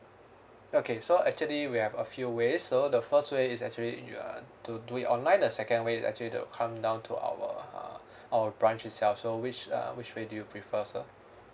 okay so actually we have a few ways so the first way is actually you're to do it online the second way is actually to come down to our uh our branch itself so which uh which way do you prefer sir